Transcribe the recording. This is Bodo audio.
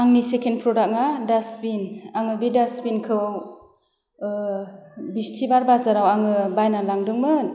आंनि सेकेण्ड प्रडाक्टआ डासबिन आङो बे डासबिनखौ बिसथिबार बाजाराव आङो बायना लांदोंमोन